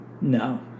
no